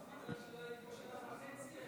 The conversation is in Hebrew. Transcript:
מזל שלא היית פה שנה וחצי,